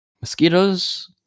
Mosquitoes